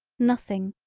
nothing,